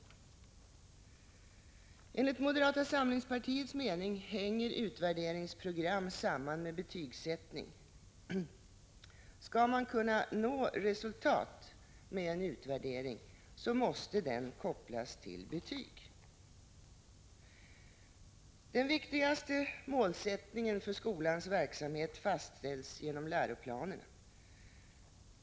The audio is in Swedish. Enligt moderata samlingspartiets mening hänger utvärderingsprogram samman med betygsättning. Skall man kunna nå resultat med en utvärdering måste den kopplas till betyg. Den viktigaste målsättningen för skolans verksamhet fastställs genom läroplanerna.